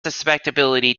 susceptibility